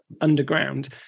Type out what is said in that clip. underground